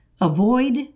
Avoid